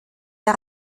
der